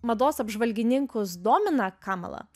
mados apžvalgininkus domina kamala